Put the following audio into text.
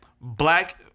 black